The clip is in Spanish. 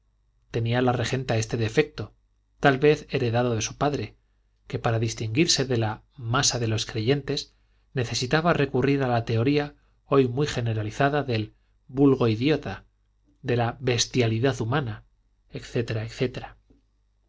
tenía la regenta este defecto tal vez heredado de su padre que para distinguirse de la masa de los creyentes necesitaba recurrir a la teoría hoy muy generalizada del vulgo idiota de la bestialidad humana etc etcétera